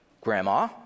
Grandma